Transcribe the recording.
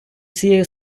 цією